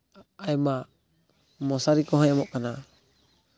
ᱟᱭᱢᱟ ᱢᱚᱥᱟᱨᱤ ᱠᱚᱦᱚᱸᱭ ᱮᱢᱚᱜ ᱠᱟᱱᱟ